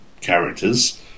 characters